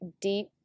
deep